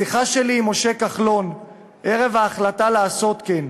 השיחה שלי עם משה כחלון ערב ההחלטה לעשות כן,